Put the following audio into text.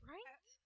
Right